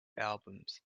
albums